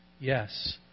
Yes